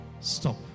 Stop